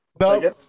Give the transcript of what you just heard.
No